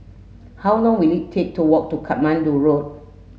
how long will it take to walk to Katmandu Road